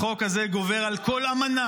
החוק הזה גובר על כל אמנה,